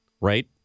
Right